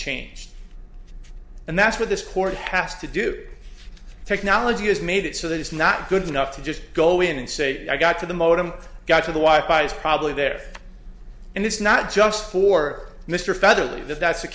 changed and that's what this court has to do technology has made it so that it's not good enough to just go in and say i got to the modem got to the white guys probably there and it's not just for mr federally if that's the